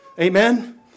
Amen